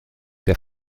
der